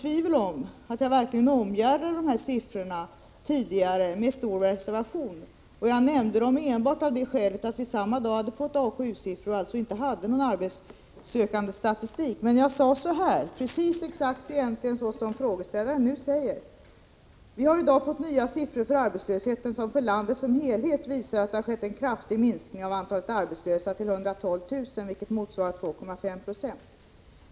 Jag omgärdade verkligen siffrorna med stor reservation och nämnde dem enbart av det skälet att vi samma dag hade fått AKU-siffror och inte hade någon arbetssökandestatistik. För att det inte skall råda något tvivel om saken vill jag framhålla att jag egentligen sade precis detsamma som frågeställaren nu säger: ”Vi har i dag fått nya siffror för arbetslösheten som för landet som helhet visar att det har skett en kraftig minskning av antalet arbetslösa: till 112 000, vilket motsvarar 2,5 Zo.